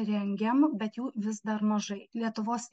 rengiam bet jų vis dar mažai lietuvos